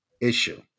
issue